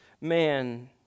man